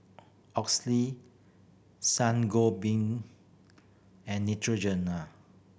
Oxy Sangobin and Netrogena